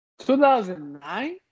2009